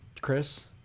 Chris